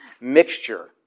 mixture